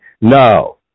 no